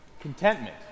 Contentment